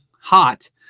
hot